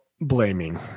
blaming